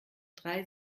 drei